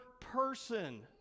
person